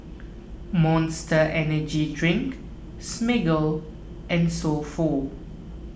Monster Energy Drink Smiggle and So Pho